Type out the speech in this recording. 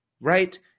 right